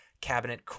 cabinet